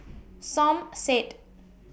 Som Said